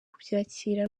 kubyakira